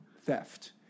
theft